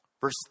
Verse